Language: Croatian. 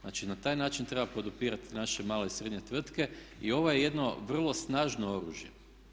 Znači, na taj način treba podupirati naše male i srednje tvrtke i ovo je jedno vrlo snažno oružje.